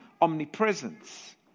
omnipresence